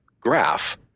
graph